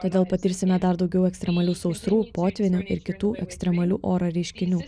todėl patirsime dar daugiau ekstremalių sausrų potvynių ir kitų ekstremalių oro reiškinių